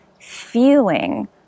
feeling